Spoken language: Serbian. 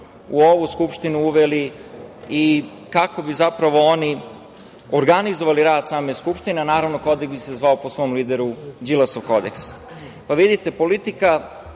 u ovu Skupštinu uveli i kako bi zapravo oni organizovali rad same Skupštine, a naravno kodeks bi se zvao po svom lideru - Đilasov kodeks. Vidite, politika